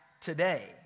today